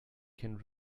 can